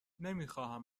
نمیخواهم